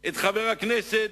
את חבר הכנסת